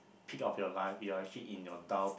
of your life you are actually in your dull